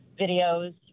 videos